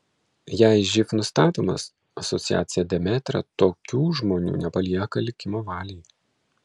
jei živ nustatomas asociacija demetra tokių žmonių nepalieka likimo valiai